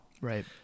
Right